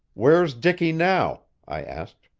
where's dicky now? i asked.